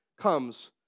comes